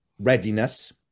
readiness